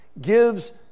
gives